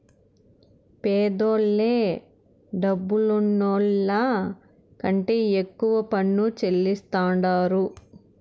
పేదోల్లే డబ్బులున్నోళ్ల కంటే ఎక్కువ పన్ను చెల్లిస్తాండారు